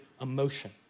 emotion